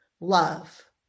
love